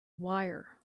wire